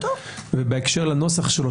ובהקשר לנוסח שלו,